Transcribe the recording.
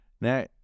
Now